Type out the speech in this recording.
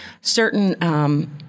certain